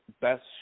best